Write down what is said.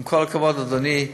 עם כל הכבוד, אדוני,